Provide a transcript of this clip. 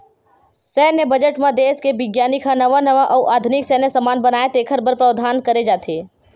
सैन्य बजट म देस के बिग्यानिक ह नवा नवा अउ आधुनिक सैन्य समान बनाए तेखर बर प्रावधान करे जाथे